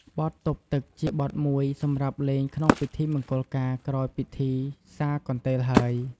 បទទប់ទឹក ជាបទមួយសម្រាប់លេងក្នុងពិធីមង្គលការ ក្រោយពិធីសាកន្ទេលហើយ។